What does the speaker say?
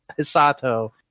Hisato